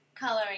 Coloring